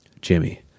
Jimmy